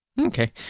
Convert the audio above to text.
Okay